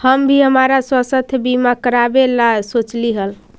हम भी हमरा स्वास्थ्य बीमा करावे ला सोचली हल